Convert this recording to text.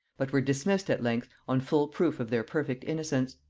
but were dismissed at length on full proof of their perfect innocence.